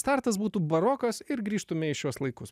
startas būtų barokas ir grįžtume į šiuos laikus